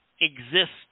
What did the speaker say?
exist